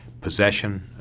possession